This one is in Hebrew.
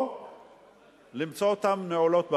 או נמצא אותן נעולות בבית.